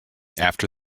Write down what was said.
after